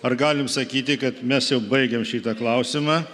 ar galim sakyti kad mes jau baigėm šitą klausimą